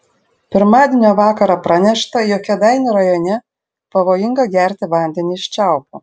pirmadienio vakarą pranešta jog kėdainių rajone pavojinga gerti vandenį iš čiaupo